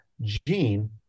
gene